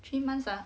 three months ah